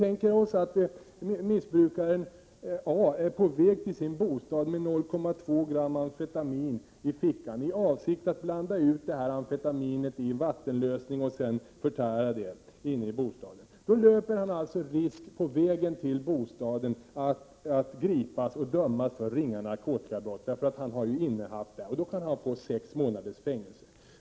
Antag att missbrukaren A är på väg till sin bostad med 0,2 gram amfetamin i fickan, i avsikt att blanda ut amfetaminet i vatten och sedan förtära det inne i bostaden. Då löper han risk på vägen till bostaden att gripas och dömas för ringa narkotikabrott, för han har innehaft amfetamin, och då kan han få fängelse.